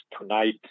tonight